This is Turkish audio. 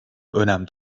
önem